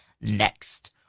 next